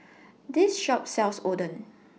This Shop sells Oden